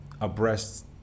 abreast